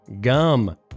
Gum